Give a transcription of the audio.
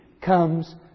comes